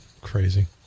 Crazy